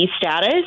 status